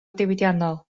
diwydiannol